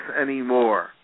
anymore